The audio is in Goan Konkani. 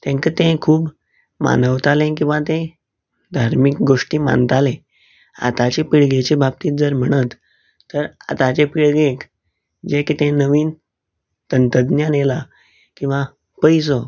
तेंका तें खूप मानवतालें किंवां तें धार्मीक गोश्टी मानताले आताचे पिळगेचे बाबतीत जर म्हणत तर आताचे पिळगेक जें कितें नवीन तंत्रज्ञान येयलां किंवां पयसो